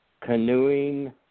canoeing